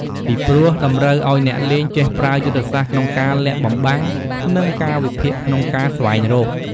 ពីព្រោះ តម្រូវឲ្យអ្នកលេងចេះប្រើយុទ្ធសាស្ត្រក្នុងការលាក់បំបាំង និង ការវិភាគក្នុងការស្វែងរក។